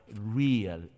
real